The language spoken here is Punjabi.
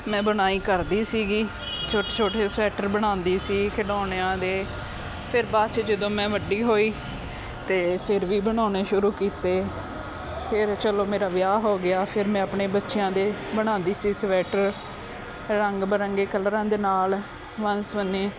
ਮੈਂ ਬੁਣਾਈ ਕਰਦੀ ਸੀਗੀ ਛੋਟੇ ਛੋਟੇ ਸਵੈਟਰ ਬਣਾਉਂਦੀ ਸੀ ਖਿਡੌਣਿਆਂ ਦੇ ਫਿਰ ਬਾਅਦ 'ਚ ਜਦੋਂ ਮੈਂ ਵੱਡੀ ਹੋਈ ਤਾਂ ਫਿਰ ਵੀ ਬਣਾਉਣੇ ਸ਼ੁਰੂ ਕੀਤੇ ਫਿਰ ਚਲੋ ਮੇਰਾ ਵਿਆਹ ਹੋ ਗਿਆ ਫਿਰ ਮੈਂ ਆਪਣੇ ਬੱਚਿਆਂ ਦੇ ਬਣਾਉਂਦੀ ਸੀ ਸਵੈਟਰ ਰੰਗ ਬਿਰੰਗੇ ਕਲਰਾਂ ਦੇ ਨਾਲ ਵਨ ਸਵੰਨੇ